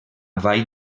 vall